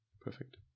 Perfect